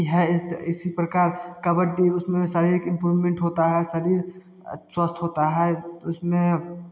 इस इसी प्रकार कबड्डी उसमें शारीरिक इम्प्रूवमेंट होता है शरीर स्वस्थ होता है उसमें